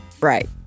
right